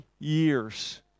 years